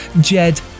Jed